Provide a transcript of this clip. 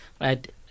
right